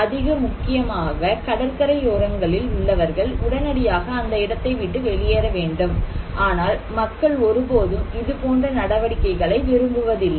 அதிக முக்கியமாக கடற்கரையோரங்களில் உள்ளவர்கள் உடனடியாக அந்த இடத்தைவிட்டு வெளியேற வேண்டும் ஆனால் மக்கள் ஒருபோதும் இதுபோன்ற நடவடிக்கைகளை விரும்புவதில்லை